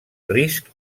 risc